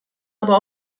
aber